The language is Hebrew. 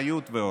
אחריות ועוד.